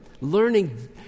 learning